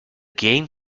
game